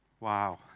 Wow